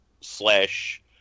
slash